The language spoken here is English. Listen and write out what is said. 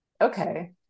Okay